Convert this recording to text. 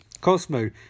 Cosmo